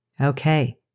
Okay